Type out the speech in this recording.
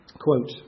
Quote